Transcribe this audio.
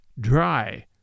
dry